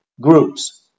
groups